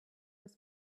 was